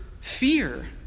fear